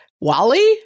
Wally